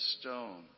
stone